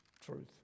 truth